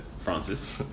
Francis